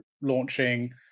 launching